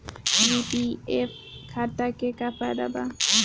PPF खाता के का फायदा बा?